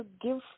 give